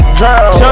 drown